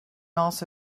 also